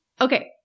Okay